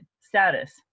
status